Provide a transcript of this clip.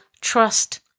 trust